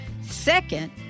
Second